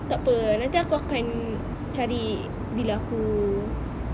takpa nanti aku akan cari bila aku